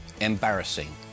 embarrassing